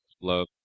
love